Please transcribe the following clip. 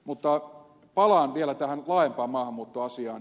mutta palaan vielä tähän laajempaan maahanmuuttoasiaan